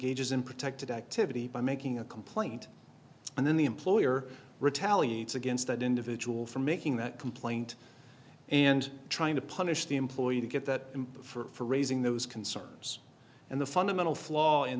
gauges in protected activity by making a complaint and then the employer retaliates against that individual for making that complaint and trying to punish the employee to get that for raising those concerns and the fundamental flaw in